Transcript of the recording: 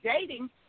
dating